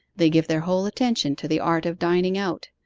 they give their whole attention to the art of dining out,